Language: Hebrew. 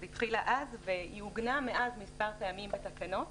היא התחילה אז, והיא עוגנה מאז מספר פעמים בתקנות,